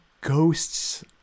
ghosts